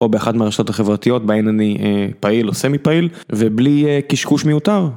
או באחת מהרשתות החברתיות, בהן אני פעיל או סמי פעיל, ובלי קשקוש מיותר.